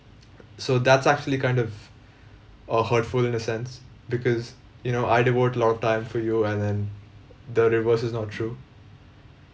so that's actually kind of uh hurtful in a sense because you know I devote a lot of time for you and then the reverse is not true